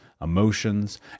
emotions